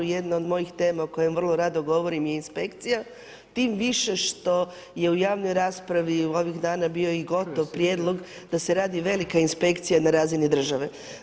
Jedna od mojih tema, o kojima vrlo rado govorim je inspekcija, tim više što je u javnoj raspravi ovih dana, bio gotov prijedlog, da se radi velika inspekcija na razini države.